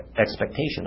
expectation